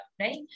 right